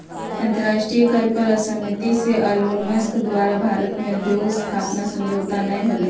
अंतरराष्ट्रीय कर पर असहमति से एलोनमस्क द्वारा भारत में उद्योग स्थापना समझौता न होलय